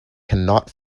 cannot